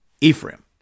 Ephraim